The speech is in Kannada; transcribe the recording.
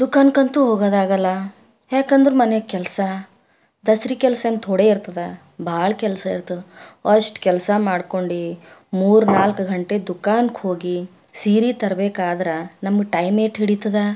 ದುಖಾನ್ಗಂತೂ ಹೋಗೋದಾಗಲ್ಲ ಏಕಂದ್ರೆ ಮನೆಗೆ ಕೆಲಸ ದಸರಿ ಕೆಲ್ಸಂತು ಥೋಡೆ ಇರ್ತದ ಭಾಳ ಕೆಲಸ ಇರ್ತದ ಅಷ್ಟು ಕೆಲಸ ಮಾಡ್ಕೊಂಡು ಮೂರು ನಾಲ್ಕು ಗಂಟೆ ದುಖಾನ್ಗೋಗಿ ಸೀರೆ ತರಬೇಕಾದ್ರೆ ನಮ್ಗೆ ಟೈಮ್ ಎಷ್ಟ್ ಹಿಡೀತದೆ